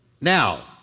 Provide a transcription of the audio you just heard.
Now